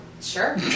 Sure